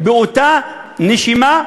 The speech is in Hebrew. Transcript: באותה נשימה,